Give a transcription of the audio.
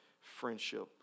friendship